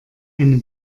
eine